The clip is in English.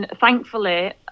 thankfully